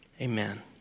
Amen